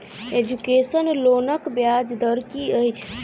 Education लोनक ब्याज दर की अछि?